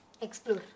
Explore